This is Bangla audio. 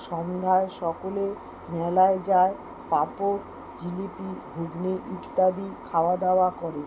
সন্ধ্যায় সকলে মেলায় যায় পাঁপড় জিলিপি ঘুগনি ইত্যাদি খাওয়া দাওয়া করে